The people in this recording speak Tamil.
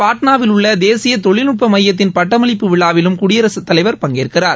பாட்னாவில் உள்ள தேசிய தொழில்நுட்ப எமயத்தின் பட்டமளிப்பு விழாவிலும் குடியரசுத் தலைவர் பங்கேற்கிறார்